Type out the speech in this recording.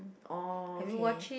oh okay